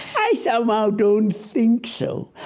i somehow don't think so.